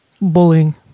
Bullying